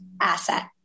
asset